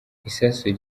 isasu